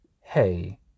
hey